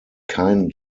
kein